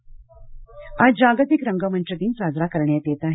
रंगभूमी दिन आज जागतिक रंगमंच दिन साजरा करण्यात येत आहे